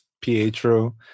Pietro